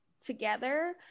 together